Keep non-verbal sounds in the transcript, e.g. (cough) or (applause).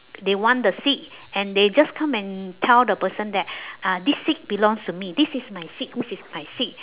they want the seat and they just come and tell the person that (breath) uh this seat belongs to me this is my seat this is my seat